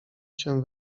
cię